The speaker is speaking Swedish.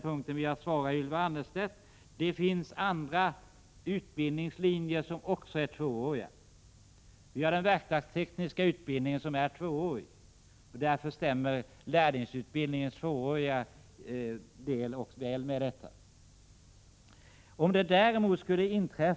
Jag vill svara på Ylva Annerstedts fråga på den punkten och säga att det finns andra utbildningslinjer som också är tvååriga, t.ex. den verkstadstekniska linjen.